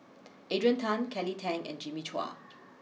Adrian Tan Kelly Tang and Jimmy Chua